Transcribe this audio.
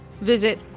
visit